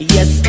Yes